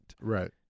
right